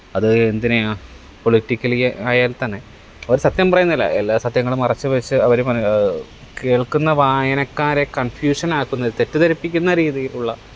അത് എന്തിനെയാ പൊളിറ്റിക്കലി ആയാല്ത്തന്നെ അവര് സത്യം പറയുന്നിൽ എല്ലാ സത്യങ്ങളും മറച്ച് വെച്ച് അവര് മന കേള്ക്കുന്ന വായനക്കാരെ കണ്ഫ്യൂഷനാക്കുന്ന തെറ്റിദ്ധരിപ്പിക്കുന്ന രീതിയിലുള്ള